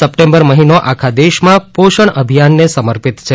September મહિનો આખા દેશમાં પોષણ અભિયાનને સમર્પિત છે